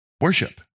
worship